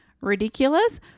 ridiculous